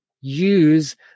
use